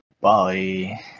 Bye